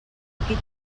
aquí